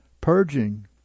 Purging